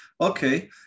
Okay